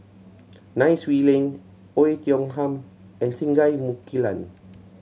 Nai Swee Leng Oei Tiong Ham and Singai Mukilan